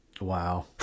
wow